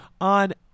on